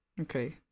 Okay